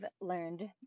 learned